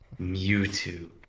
Mewtwo